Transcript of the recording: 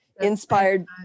inspired